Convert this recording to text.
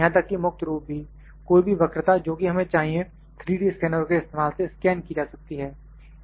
यहां तक कि मुक्त रूप भी कोई भी वक्रता जोकि हमें चाहिए 3D स्कैनरों के इस्तेमाल से स्कैन की जा सकती है